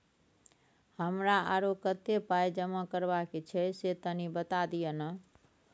हमरा आरो कत्ते पाई जमा करबा के छै से तनी बता दिय न?